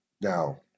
now